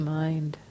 mind